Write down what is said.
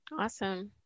Awesome